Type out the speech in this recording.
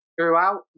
throughout